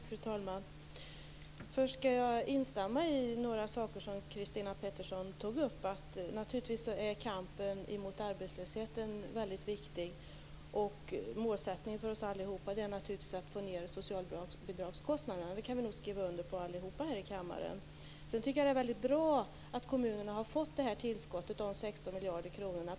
Fru talman! Först skall jag instämma i några saker som Christina Pettersson tog upp. Naturligtvis är kampen mot arbetslösheten väldigt viktig. Målsättningen för oss alla är naturligtvis att få ned socialbidragskostnaderna. Det kan vi nog alla skriva under på här i kammaren. Sedan tycker jag att det är väldigt bra att kommunerna har fått det här tillskottet om 16 miljarder kronor.